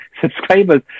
subscribers